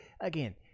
again